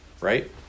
right